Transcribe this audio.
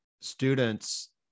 students